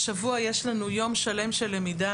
השבוע יש לנו יום שלם של למידה